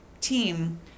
team